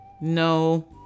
No